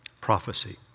Prophecy